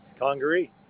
Congaree